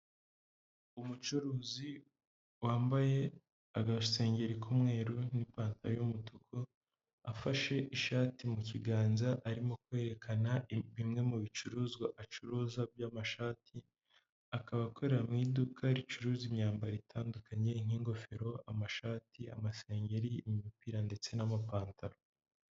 Umucuruzi wambaye agasengeri k'umweru n'ipantaro y'umutuku, afashe ishati mu kiganza arimo kwerekana bimwe mu bicuruzwa acuruza by'amashati, akaba akorera mu iduka ricuruza imyambaro itandukanye n'ingofero, amashati, amasengeri, imipira, ndetse n'amapantaro.